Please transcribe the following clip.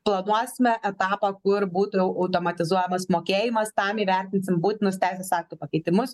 planuosime etapą kur būtų automatizuojamas mokėjimas tam įvertinsim būtinus teisės aktų pakeitimus